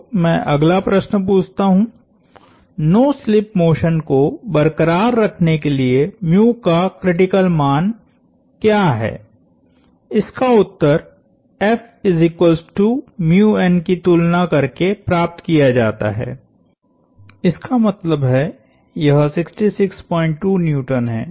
तो मैं अगला प्रश्न पूछता हूं नो स्लिप मोशन को बरक़रार रखने के लिएका क्रिटिकल मान क्या है इसका उत्तरकी तुलना करके प्राप्त किया जाता है इसका मतलब है यह 662N है